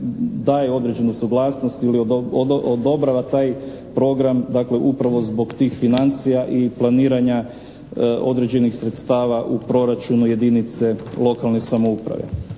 daje određenu suglasnost ili odobrava taj program dakle upravo zbog tih financija i planiranja određenih sredstava u proračunu jedinice lokalne samouprave.